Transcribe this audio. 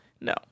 No